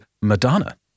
Madonna